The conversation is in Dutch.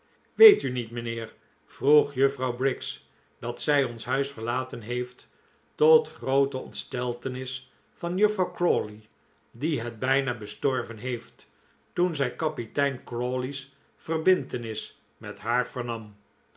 weet u niet mijnheer vroeg juffrouw briggs dat zij ons huis verlaten heeft tot groote ontsteltenis van juffrouw crawley die het bijna bestorven heeft toen zij kapitein crawley's verbintenis met haar vernam